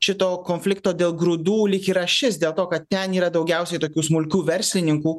šito konflikto dėl grūdų lyg ir ašis dėl to kad ten yra daugiausiai tokių smulkių verslininkų